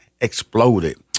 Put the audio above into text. exploded